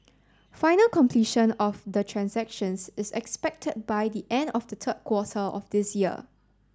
final completion of the transactions is expected by the end of the third quarter of this year